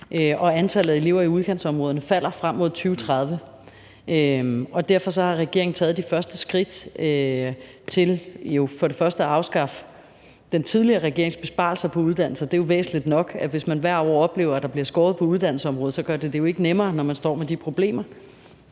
og antallet af elever i udkantsområderne falder frem mod 2030. Derfor har regeringen taget de første skridt til jo først og fremmest at afskaffe den tidligere regerings besparelser på uddannelser. Det er jo væsentligt nok, at hvis man hvert år oplever, at der bliver skåret på uddannelsesområdet, bliver det jo ikke nemmere, når man står med de problemer.